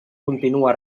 continua